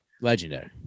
Legendary